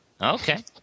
Okay